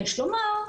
יש לומר,